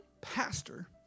Pastor